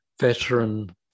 veteran